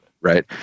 right